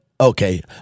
Okay